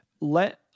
let